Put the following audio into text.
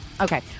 Okay